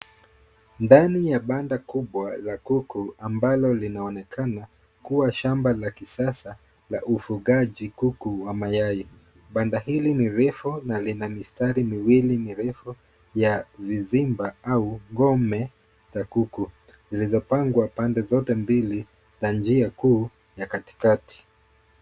Ndani ya banda kubwa la kuku ambalo linaonekana kuwa shamba la kisasa la ufugaji kuku wa mayai, banda hili ni refu na lina mistari miwili mirefu ya vizimba au ngome za kuku zilizopangwa pande zote mbili na njia kuu za katikati.